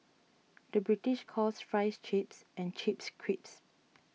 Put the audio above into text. the British calls Fries Chips and Chips Crisps